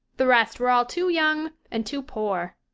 the rest were all too young and too poor.